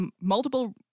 multiple